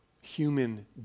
human